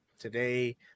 today